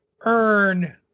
earn